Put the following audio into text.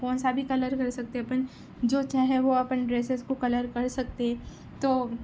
کون سا بھی کلر کر سکتے اپن جو چاہے وہ اپن ڈریسس کو کلر کر سکتے تو